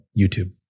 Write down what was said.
YouTube